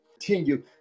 Continue